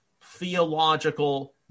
theological